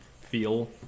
feel